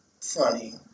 funny